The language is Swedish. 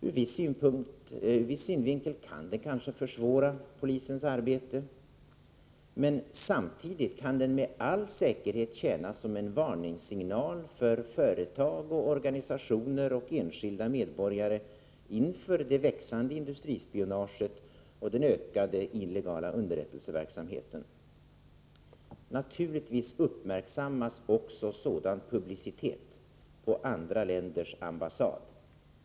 Ur viss synvinkel kan den kanske försvåra polisens arbete, men samtidigt kan den med all säkerhet tjäna som en varningssignal för företag, organisationer och enskilda medborgare inför det växande industrispionaget och den ökande illegala underrättelseverksamheten. Naturligtvis uppmärksammas också sådan publicitet på andra länders ambassader.